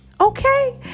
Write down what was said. Okay